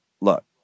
look